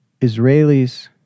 Israelis